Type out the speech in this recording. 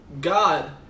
God